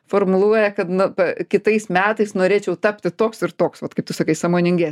formuluoja kad nu pa kitais metais norėčiau tapti toks ir toks vat kaip tu sakai sąmoninges